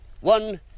one